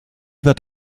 wird